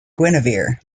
guinevere